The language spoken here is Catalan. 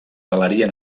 galeria